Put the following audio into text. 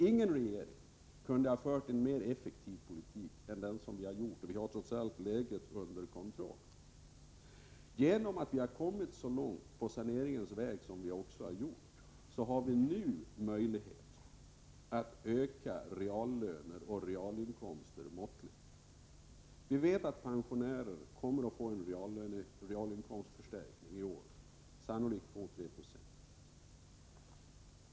Ingen regering kunde dock ha fört en mer effektiv politik, och vi har trots allt läget under kontroll. Genom att vi har kommit så långt i saneringsväg har vi nu möjlighet att öka reallönerna och realinkomsterna måttligt. Vi vet att pensionärerna kommer att få en realinkomstförstärkning i år, sannolikt på 2-3 70.